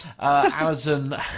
Amazon